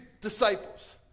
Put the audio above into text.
disciples